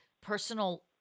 personal